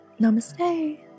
namaste